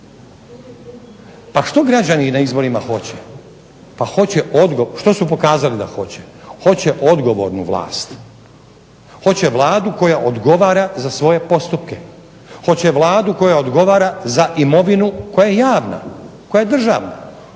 pa što građani na izborima hoće, što su pokazali da hoće? Hoće odgovornu vlast, hoće odgovornu Vladu koja odgovara za svoje postupke, hoće Vladu koja odgovara za imovinu koja je javna, koja je državna,